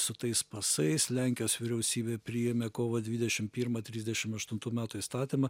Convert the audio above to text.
su tais pasais lenkijos vyriausybė priėmė kovo dvidešim pirmą trisdešim aštuntų metų įstatymą